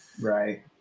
Right